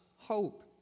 hope